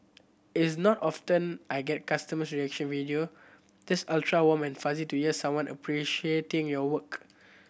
it's not often I get a customer reaction video just ultra warm and fuzzy to hear someone appreciating your work